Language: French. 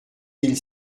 mille